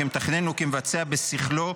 כמתכנן וכמבצע בשכלו,